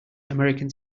american